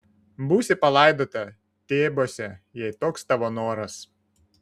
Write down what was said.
būsi palaidota tebuose jei toks tavo noras